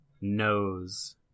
knows